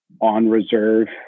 on-reserve